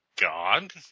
god